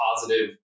positive